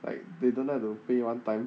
like they don't like to pay one time